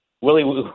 Willie